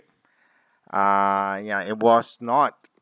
ah yeah it was not